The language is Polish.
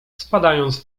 spadając